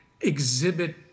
exhibit